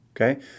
okay